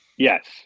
Yes